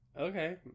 Okay